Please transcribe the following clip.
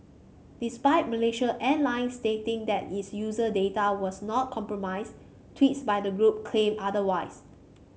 despite Malaysia Airlines stating that its user data was not compromised tweets by the group claimed otherwise